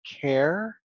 care